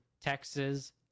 Texas